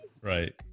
Right